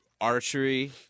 archery